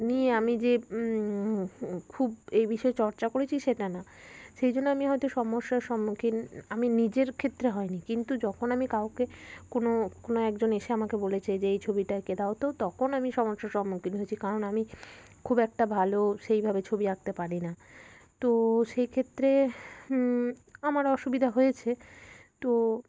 নিয়ে আমি যে খুব এ বিষয়ে চর্চা করেছি সেটা না সেই জন্য আমি হয়তো সমস্যার সম্মুখীন আমি নিজের ক্ষেত্রে হইনি কিন্তু যখন আমি কাউকে কোনো কোনো একজন এসে আমাকে বলেছে যে এই ছবিটা এঁকে দাও তো তখন আমি সমস্যার সম্মুখীন হয়েছি কারণ আমি খুব একটা ভালো সেইভাবে ছবি আঁকতে পারি না তো সেইক্ষেত্রে আমার অসুবিধা হয়েছে তো